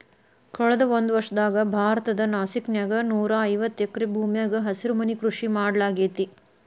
ಕಳದ ಒಂದ್ವರ್ಷದಾಗ ಭಾರತದ ನಾಸಿಕ್ ನ್ಯಾಗ ನೂರಾಐವತ್ತ ಎಕರೆ ಭೂಮ್ಯಾಗ ಹಸಿರುಮನಿ ಕೃಷಿ ಮಾಡ್ಲಾಗೇತಿ